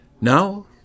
Now